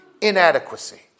inadequacy